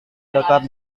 dekat